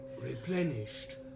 Replenished